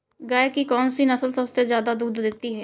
गाय की कौनसी नस्ल सबसे ज्यादा दूध देती है?